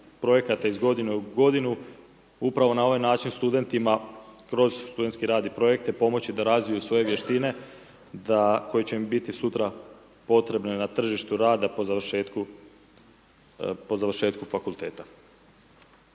projekta iz godine u godinu pravo na ovaj način studentima, kroz studentski rad i projekte pomoći da razviju svoje vještine, koji će im biti sutra potrebne na tržištu rada po završetku fakulteta.